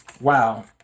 Wow